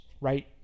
right